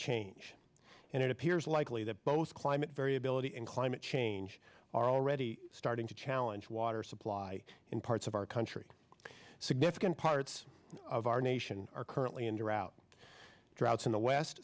change and it appears likely that both climate variability and climate change are already starting to challenge water supply in parts of our country significant arts of our nation are currently into route droughts in the west